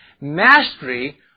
mastery